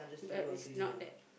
but is not that